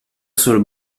seul